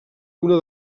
una